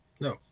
No